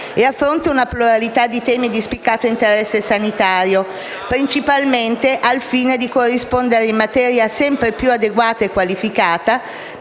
e affronta una pluralità di temi di spiccato interesse sanitario, principalmente al fine di "corrispondere in maniera sempre più adeguata e più qualificata,